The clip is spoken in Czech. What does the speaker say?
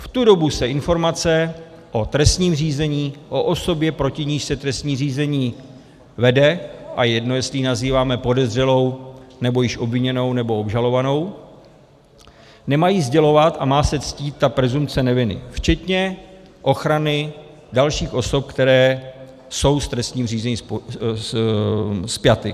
V tu dobu se informace o trestním řízení, o osobě, proti níž se trestní řízení vede, a je jedno, jestli ji nazýváme podezřelou, nebo již obviněnou, nebo obžalovanou, nemají sdělovat a má se ctít presumpce neviny, včetně ochrany dalších osob, které jsou s trestním řízením spjaty.